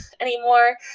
anymore